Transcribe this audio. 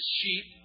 sheep